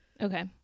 Okay